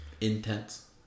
Intense